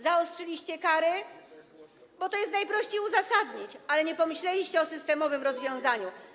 Zaostrzyliście kary, bo to jest najprościej uzasadnić, ale nie pomyśleliście o systemowym rozwiązaniu.